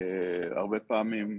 הרבה פעמים.